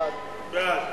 ההצעה